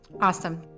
Awesome